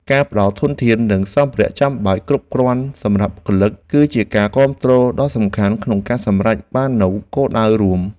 ការផ្តល់ធនធាននិងសម្ភារៈចាំបាច់គ្រប់គ្រាន់សម្រាប់បុគ្គលិក គឺជាការគាំទ្រដ៏សំខាន់ក្នុងការសម្រេចបាននូវគោលដៅរួម។